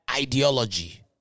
ideology